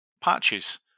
patches